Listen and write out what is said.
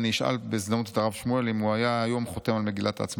אני אשאל בהזדמנות את הרב שמואל אם הוא היה היום חותם על מגילת העצמאות.